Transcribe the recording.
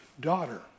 Daughter